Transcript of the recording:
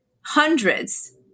hundreds